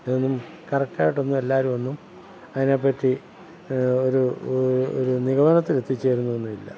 ഇതൊന്നും കറക്റ്റ് ആയിട്ടൊന്നും എല്ലാവരുമൊന്നും അതിനെപ്പറ്റി ഒരു ഒരു നിഗമനത്തിൽ എത്തിച്ചേരുന്നൊന്നുമില്ല